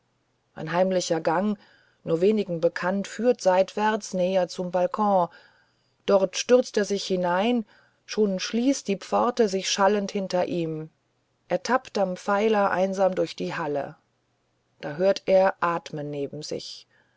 ein heimlicher gang nur wenigen bekannt führt seitwärts näher zum balkon dort stürzt er sich hinein schon schließt die pforte sich schallend hinter ihm er tappt am pfeiler einsam durch die stille halle da hört er atmen neben sich